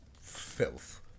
filth